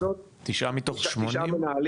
מתוך שמונים?